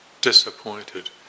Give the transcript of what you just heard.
disappointed